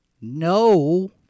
no